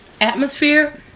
atmosphere